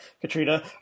Katrina